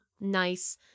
nice